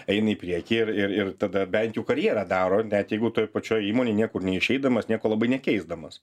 eina į priekį ir ir tada bent jau karjerą daro net jeigu toj pačioj įmonėj niekur neišeidamas nieko labai nekeisdamas